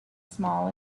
small